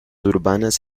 urbanas